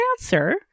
answer